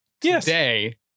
today